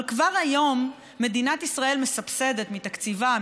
אבל כבר היום מדינת ישראל מסבסדת מתקציבה,